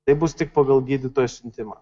tai bus tik pagal gydytojo siuntimą